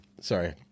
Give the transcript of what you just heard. Sorry